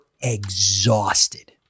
exhausted